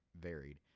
varied